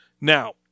Now